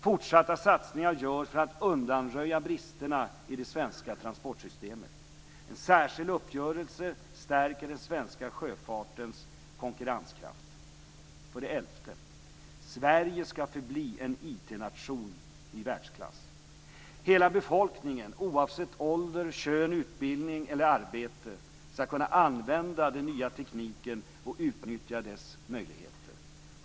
Fortsatta satsningar görs för att undanröja bristerna i det svenska transportsystemet. En särskild uppgörelse stärker den svenska sjöfartens konkurrenskraft. 11. Sverige skall förbli en IT-nation i världsklass. Hela befolkningen - oavsett ålder, kön, utbildning eller arbete - skall kunna använda den nya tekniken och utnyttja dess möjligheter.